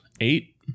Eight